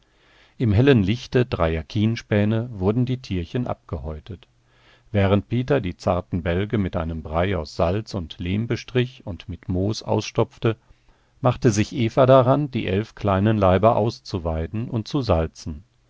im hellen lichte dreier kienspäne wurden die tierchen abgehäutet während peter die zarten bälge mit einem brei aus salz und lehm bestrich und mit moos ausstopfte machte sich eva daran die elf kleinen leiber auszuweiden und zu salzen